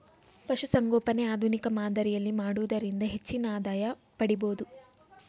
ಪಶುಸಂಗೋಪನೆ ಆಧುನಿಕ ಮಾದರಿಯಲ್ಲಿ ಮಾಡುವುದರಿಂದ ಹೆಚ್ಚಿನ ಆದಾಯ ಪಡಿಬೋದು